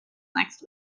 next